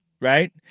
right